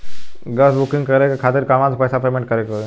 Gas booking करे के खातिर कहवा से पैसा पेमेंट करे के होई?